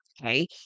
Okay